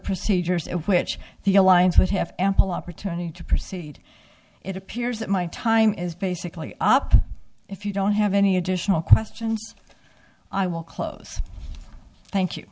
procedures which the airlines would have ample opportunity to proceed it appears that my time is basically up if you don't have any additional questions i will close thank